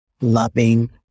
loving